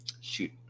Shoot